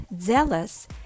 zealous